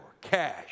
cash